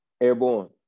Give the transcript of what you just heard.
Airborne